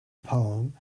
poem